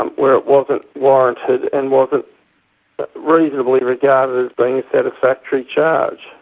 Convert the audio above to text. um where it wasn't warranted and wasn't but reasonably regarded as being a satisfactory charge.